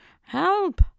Help